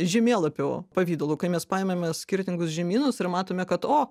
žemėlapio pavidalu kai mes paėmėme skirtingus žemynus ir matome kad o